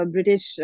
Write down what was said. British